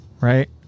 right